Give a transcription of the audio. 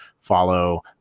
follow